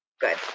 Good